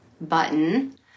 button